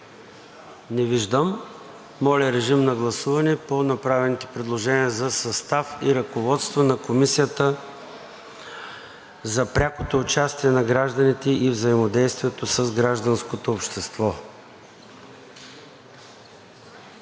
Не виждам. Моля, режим на гласуване по направените предложения за състав и ръководство на Комисията за прякото участие на гражданите и взаимодействието с гражданското общество.